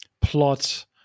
plot